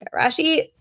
Rashi